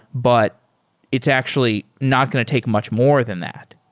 but it's actually not going to take much more than that.